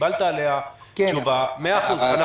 קיבלת עליה תשובה מאה אחוז.